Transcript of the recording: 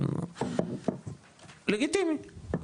לגיטימי.